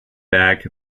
back